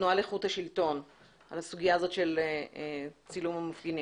מהתנועה לאיכות השלטון לגבי הסוגיה הזאת של צילום המפגינים.